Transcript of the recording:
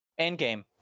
Endgame